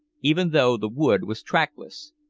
even though the wood was trackless.